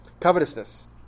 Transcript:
Covetousness